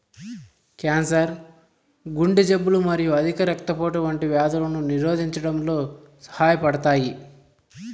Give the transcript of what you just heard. cancer, గుండె జబ్బులు మరియు అధిక రక్తపోటు వంటి వ్యాధులను నిరోధించడంలో సహాయపడతాయి